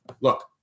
look